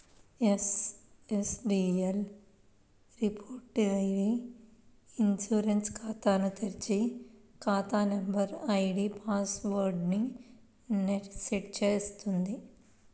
NSDL repository e insurance ఖాతాను తెరిచి, ఖాతా నంబర్, ఐడీ పాస్ వర్డ్ ని సెట్ చేస్తుంది